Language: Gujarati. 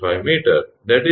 3 2